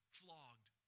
flogged